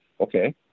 Okay